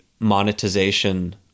monetization